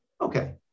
Okay